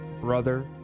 brother